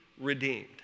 redeemed